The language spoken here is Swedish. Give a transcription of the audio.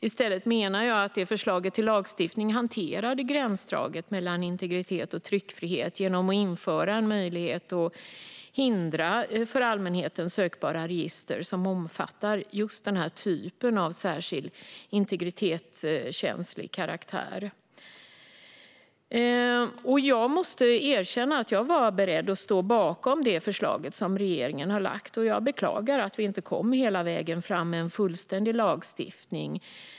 I stället menar jag att förslaget till lagstiftning hanterade gränsdragningen mellan integritet och tryckfrihet genom att införa en möjlighet att hindra för allmänheten sökbara register som omfattar just denna typ av uppgifter av särskilt integritetskänslig karaktär. Jag måste erkänna att jag var beredd att stå bakom det förslag som regeringen lade fram, och jag beklagar att vi inte nådde hela vägen fram med en fullständig lagstiftning.